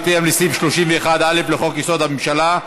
בהתאם לסעיף 31(א) לחוק-יסוד: הממשלה,